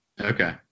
Okay